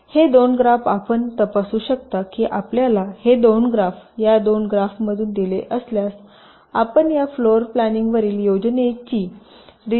तर हे दोन ग्राफ आपण हे तपासू शकता की आपल्याला हे दोन ग्राफ या दोन ग्राफमधून दिले असल्यास आपण या फ्लोर प्लॅनिंग वरील योजनेची रिकन्स्ट्रक करू शकता